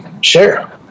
share